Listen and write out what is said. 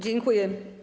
Dziękuję.